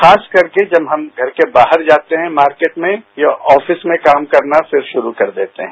खास करके जब हम पर के बाहर जाते हैं मार्केट में या ऑफिस में काम करना फ़िर शुरू कर देते हैं